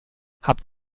habt